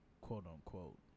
quote-unquote